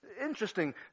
interesting